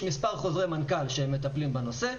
יש מספר חוזרי מנכ"ל שמטפלים בנושא,